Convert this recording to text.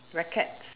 rackets